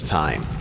time